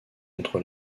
contre